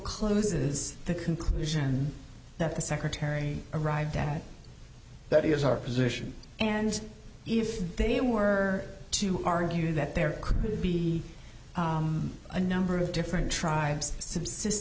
is the conclusion that the secretary arrived at that is our position and if they were to argue that there could be a number of different tribes subsist